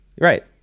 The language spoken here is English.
Right